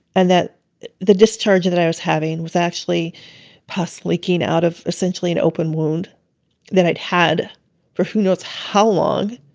and that the discharge that i was having was actually puss leaking out of essentially an open wound that i'd had for who knows how long.